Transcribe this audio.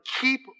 Keep